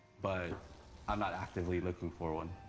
but i'm not actively looking for one.